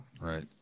Right